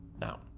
Now